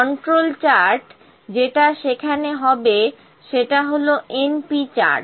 control chart যেটা সেখানে হবে সেটা হলো np চার্ট